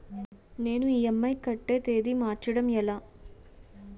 నేను ఇ.ఎం.ఐ కట్టే తేదీ మార్చడం ఎలా?